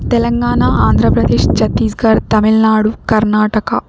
Telangana Andhra Pradesh Chhattisgarh Tamil Nadu Karnataka